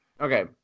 Okay